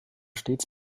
stets